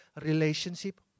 Relationship